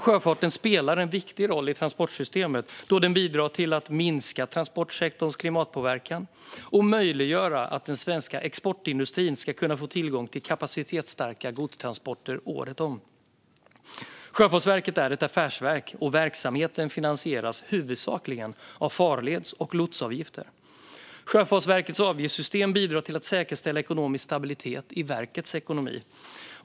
Sjöfarten spelar en viktig roll i transportsystemet då den bidrar till att minska transportsektorns klimatpåverkan och möjliggör att den svenska exportindustrin får tillgång till kapacitetsstarka godstransporter året om. Sjöfartsverket är ett affärsverk, och verksamheten finansieras huvudsakligen av farleds och lotsavgifter. Sjöfartsverkets avgiftssystem bidrar till att säkerställa ekonomisk stabilitet i verkets ekonomi.